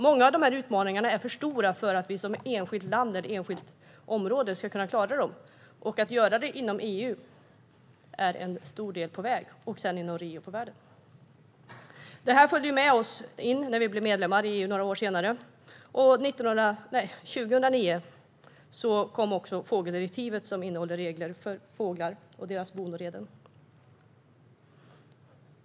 Många av de här utmaningarna är för stora för att vi som enskilt land eller enskilt område ska kunna klara dem. Att göra det inom EU är ett stort steg på vägen. Sedan togs det upp i Rio. Det här följde med oss när vi blev medlemmar i EU några år senare. År 2009 kom också fågeldirektivet, som innehåller regler för fåglar och deras bon och reden.